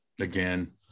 Again